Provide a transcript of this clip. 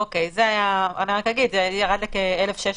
אוקיי, אני רק אגיד, זה ירד לכ-1,600.